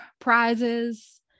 prizes